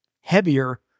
heavier